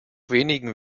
wenigen